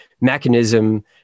mechanism